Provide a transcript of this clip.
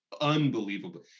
unbelievable